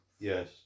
yes